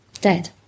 dead